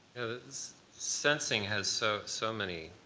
sensing has so so many